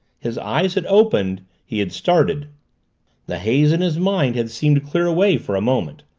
his eyes had opened he had started the haze in his mind had seemed to clear away for a moment.